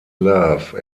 love